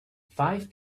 five